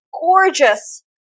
Gorgeous